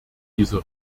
dieser